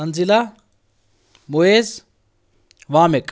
Tanzila Moiz Wamiq